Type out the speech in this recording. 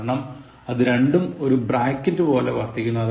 കാരണം അതു രണ്ടും ഒരു ബ്രാക്കറ്റ് പോലെ വർത്തിക്കുന്നു